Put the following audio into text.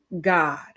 God